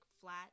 flat